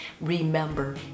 Remember